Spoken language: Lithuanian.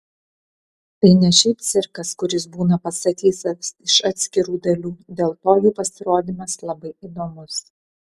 tai ne šiaip cirkas kuris būna pastatytas iš atskirų dalių dėl to jų pasirodymas labai įdomus